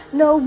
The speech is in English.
no